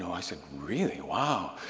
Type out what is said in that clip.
i said, really? wow.